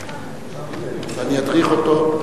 ואני אדריך אותו.